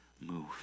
move